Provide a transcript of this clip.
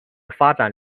发展